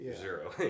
zero